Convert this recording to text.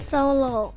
Solo